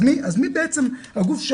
אז מי בעצם הגוף,